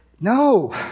No